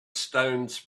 stones